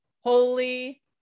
holy